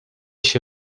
się